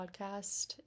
podcast